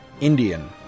Indian